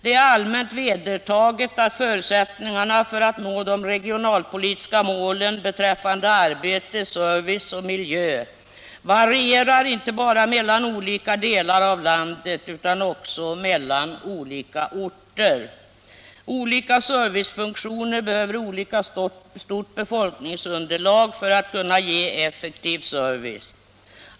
Det är allmänt vedertaget att förutsättningarna för att nå de regionalpolitiska målen beträffande arbete, service och miljö varierar, inte bara mellan olika delar av landet utan också mellan olika orter. Olika servicefunktioner behöver olika stort befolkningsunderlag för att kunna ge effektiv service.